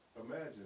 imagine